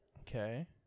Okay